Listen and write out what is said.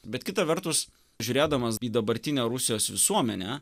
bet kita vertus žiūrėdamas į dabartinę rusijos visuomenę